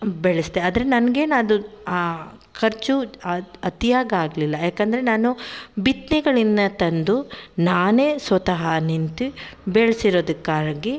ಬೆಳೆಸಿದೆ ಆದರೆ ನನಗೇನದು ಆ ಖರ್ಚು ಅದು ಅತಿಯಾಗಾಗಲಿಲ್ಲ ಯಾಕಂದರೆ ನಾನು ಬಿತ್ತನೆಗಳಿಂದ ತಂದು ನಾನೇ ಸ್ವತಃ ನಿಂತು ಬೆಳೆಸಿರೋದಕ್ಕಾಗಿ